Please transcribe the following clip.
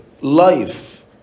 life